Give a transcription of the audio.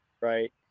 right